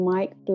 Mike